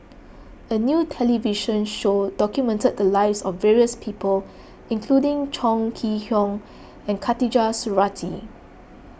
a new television show documented the lives of various people including Chong Kee Hiong and Khatijah Surattee